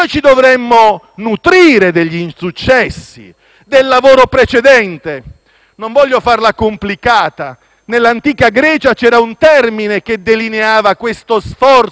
Non voglio farla complicata, ma nell'antica Grecia c'era un termine che delineava questo sforzo quasi di maieutica e di gravidanza collettiva: